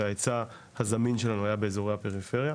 בעוד ההיצע הזמין שלנו היה באזורי הפריפריה,